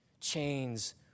Chains